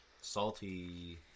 salty